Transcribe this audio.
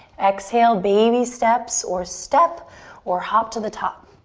exhale, baby steps or step or hop to the top.